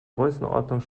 größenordnung